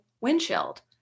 windshield